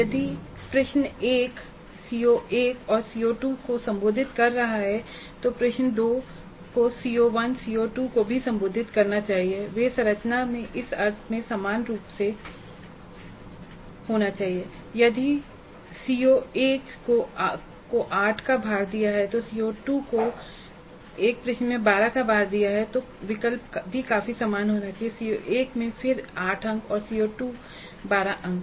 यदि प्रश्न 1 CO1 और CO2 को संबोधित कर रहा है तो प्रश्न 2 को CO1 और CO2 को भी संबोधित करना चाहिए और वे संरचना में इस अर्थ में समान रूप से समान होना चाहिए कि यदि CO1 को 8 का भार दिया जाता है और CO2 को एक प्रश्न में 12 का भार दिया जाता है तो विकल्प भी काफी समान होना चाहिए CO1 फिर से 8 अंक CO2 12 अंक